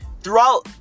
throughout –